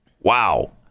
Wow